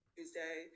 Tuesday